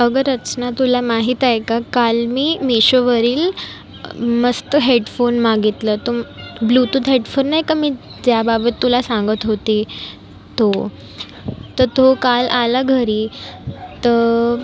अगं रचना तुला माहीत आहे का काल मी मिशोवरील मस्त हेडफोन मागितलं तुम ब्ल्यूटूथ हेडफोन नाही का मी ज्याबाबत तुला सांगत होते तो तर तो काल आला घरी तर